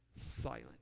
silent